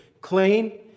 clean